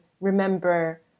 remember